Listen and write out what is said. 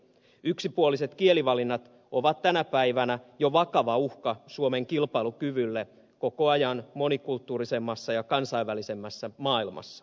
yksipuoliset kielivalinnat ovat tänä päivänä jo vakava uhka suomen kilpailukyvylle koko ajan monikulttuurisemmassa ja kansainvälisemmässä maailmassa